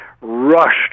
rushed